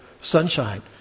sunshine